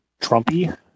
Trumpy